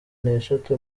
n’eshatu